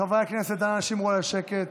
חברי הכנסת, אנא שמרו על השקט.